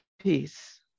peace